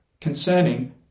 concerning